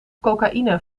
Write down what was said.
cocaïne